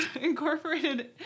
incorporated